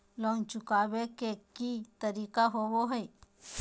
Loan चुकाबे के की तरीका होबो हइ?